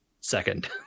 second